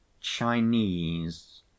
Chinese